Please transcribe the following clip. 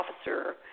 officer